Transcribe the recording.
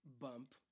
bump